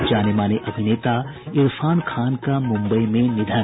और जाने माने अभिनेता इरफान खान का मुंबई में निधन